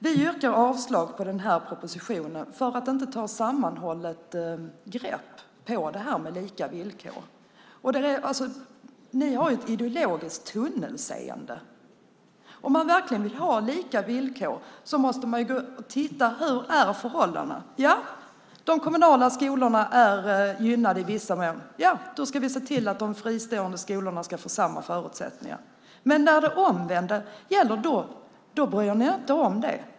Vi yrkar avslag på den här propositionen för att man inte tar ett sammanhållet grepp på detta med lika villkor. Ni har ett ideologiskt tunnelseende. Om man verkligen vill ha lika villkor måste man titta på hur förhållandena är: De kommunala skolorna är gynnade i vissa kommuner - ja, då ska vi se till att de fristående skolorna får samma förutsättningar. Men när det omvända gäller bryr ni er inte om det.